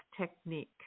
technique